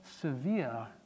severe